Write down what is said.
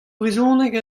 brezhoneg